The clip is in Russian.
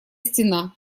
стена